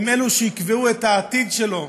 הן אלה שיקבעו את העתיד שלו.